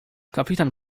kapitan